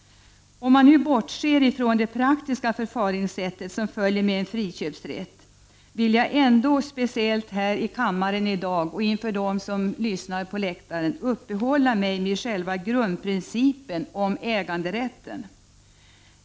Om man bortser från det praktiska förfaringssätt som följer med en friköpsrätt vill jag ändå speciellt här i kammaren i dag och inför dem som lyssnar på läktaren uppehålla mig vid själva grundprincipen om äganderätten.